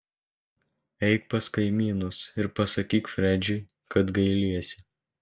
eik pas kaimynus ir pasakyk fredžiui kad gailiesi